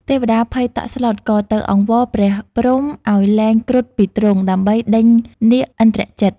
ទេវតាភ័យតក់ស្លុត ក៏ទៅអង្វរព្រះព្រហ្មឱ្យលែងគ្រុឌពីទ្រុង ដើម្បីដេញនាគឥន្ទ្រជិត។